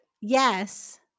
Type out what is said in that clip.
Yes